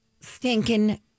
stinking